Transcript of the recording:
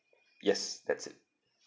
yes that's it